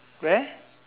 where